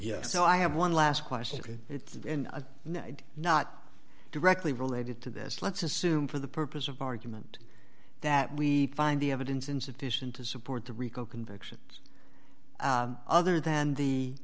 to so i have one last question because it's a not directly related to this let's assume for the purpose of argument that we find the evidence insufficient to support the rico convictions other than the